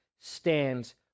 stands